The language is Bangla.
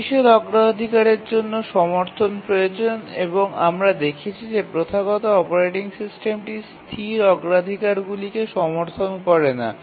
স্থিতিশীল অগ্রাধিকারের জন্য সমর্থন প্রয়োজন এবং আমরা দেখেছি যে প্রথাগত অপারেটিং সিস্টেমটি স্থির অগ্রাধিকারগুলিকে সমর্থন করে না